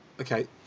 okay